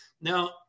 Now